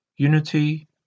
unity